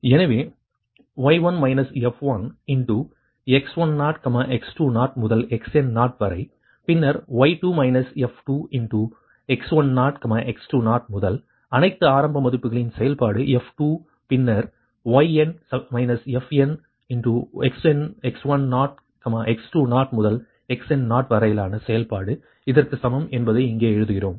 எனவே y1 f1x10 x20 முதல் xn0 வரை பின்னர் y2 f2x10 x20 முதல் அனைத்து ஆரம்ப மதிப்புகளின் செயல்பாடு f 2 பின்னர் yn fnx10 x20 முதல் xn0 வரையிலான செயல்பாடு இதற்குச் சமம் என்பதை இங்கே எழுதுகிறோம்